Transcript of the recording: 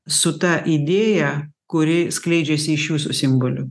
su ta idėja kuri skleidžiasi iš jūsų simbolių